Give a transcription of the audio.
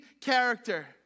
Character